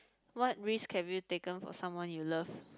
what risk have you taken for someone you love